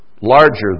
larger